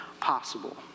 possible